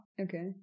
Okay